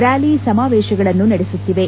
rally ಸಮಾವೇತಗಳನ್ನು ನಡೆಸುತ್ತಿವೆ